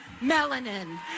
melanin